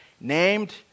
named